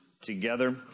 together